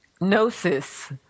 Gnosis